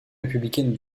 républicaine